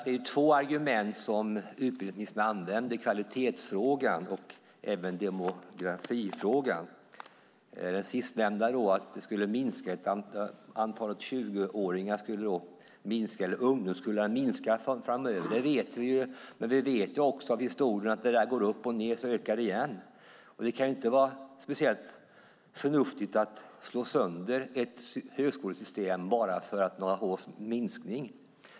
Det är två argument som utbildningsministern använder, kvalitetsfrågan och även demografifrågan. Att antalet 20-åringar eller ungdomskullarna minskar framöver vet vi. Men vi vet också av historien att det går upp och ned, och så ökar det igen. Det kan inte vara speciellt förnuftigt att slå sönder ett högskolesystem bara för att det är några års minskning.